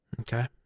Okay